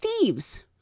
thieves